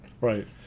Right